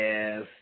Yes